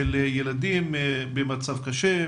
ילדים במצב קשה,